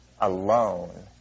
alone